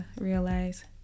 realize